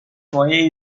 مایعی